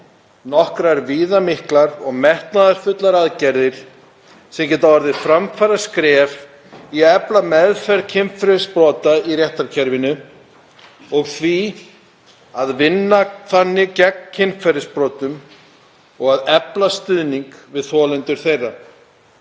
nokkrar viðamiklar og metnaðarfullar aðgerðir sem geta orðið framfaraskref í að efla meðferð kynferðisbrota í réttarkerfinu og vinna þannig gegn kynferðisbrotum og efla stuðning við þolendur þeirra.